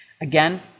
Again